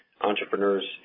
entrepreneurs